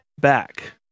back